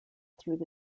through